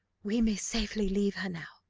we may safely leave her now,